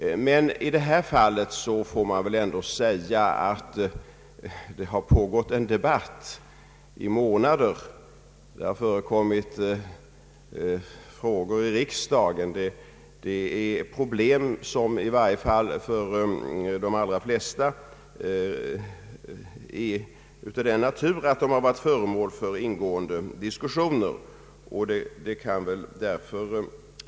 Men i detta fall bör det väl ändå sägas att det har pågått en debatt i månader. Det har ställts frågor i riksdagen och det gäller problem som i varje fall för de allra flesta är av den naturen att de varit föremål för ingående diskussioner.